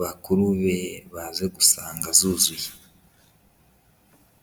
bakuru be baze gusanga zuzuye.